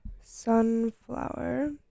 Sunflower